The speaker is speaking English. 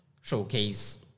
showcase